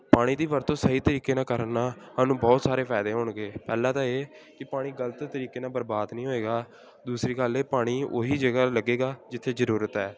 ਪਾਣੀ ਦੀ ਵਰਤੋਂ ਸਹੀ ਤਰੀਕੇ ਨਾਲ ਕਰਨ ਨਾਲ ਸਾਨੂੰ ਬਹੁਤ ਸਾਰੇ ਫਾਇਦੇ ਹੋਣਗੇ ਪਹਿਲਾਂ ਤਾਂ ਇਹ ਕਿ ਪਾਣੀ ਗਲਤ ਤਰੀਕੇ ਨਾਲ ਬਰਬਾਦ ਨਹੀਂ ਹੋਏਗਾ ਦੂਸਰੀ ਗੱਲ ਇਹ ਪਾਣੀ ਉਹੀ ਜਗ੍ਹਾ ਲੱਗੇਗਾ ਜਿੱਥੇ ਜ਼ਰੂਰਤ ਹੈ